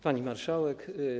Pani Marszałek!